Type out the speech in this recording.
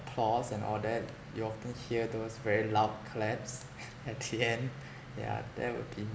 applause and all that you often hear those very loud claps at the end yeah that would be